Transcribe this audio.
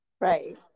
Right